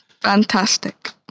Fantastic